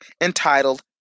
entitled